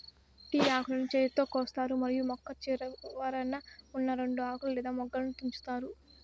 tea ఆకులను చేతితో కోస్తారు మరియు మొక్క చివరన ఉన్నా రెండు ఆకులు లేదా మొగ్గలను తుంచుతారు